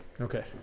Okay